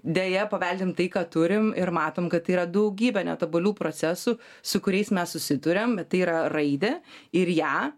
deja paveldim tai ką turim ir matom kad tai yra daugybė netobulų procesų su kuriais mes susiduriam tai yra raidė ir ją